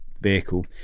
vehicle